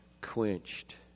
quenched